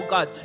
God